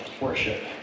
worship